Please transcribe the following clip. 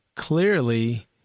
Clearly